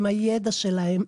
עם הידע שלהם.